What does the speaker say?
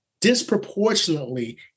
disproportionately